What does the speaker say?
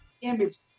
images